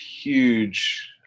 huge